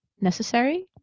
necessary